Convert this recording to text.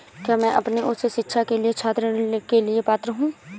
क्या मैं अपनी उच्च शिक्षा के लिए छात्र ऋण के लिए पात्र हूँ?